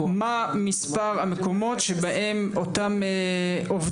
הן מגיעות חולות לעבודה,